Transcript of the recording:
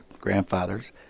grandfathers